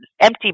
empty